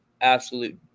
absolute